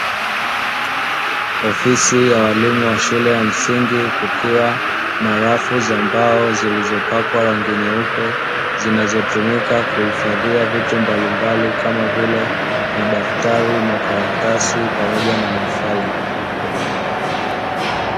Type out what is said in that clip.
Ofisi ya walimu wa shule ya msingi kukiwa na lafu za mbao zilizopakwa rangi nyeupe, zinazo tumika kuifadhia vitu mbalimbali kama vile madaftali, makalatas pamoja na mafaili.